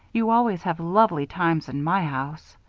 you always have lovely times in my house.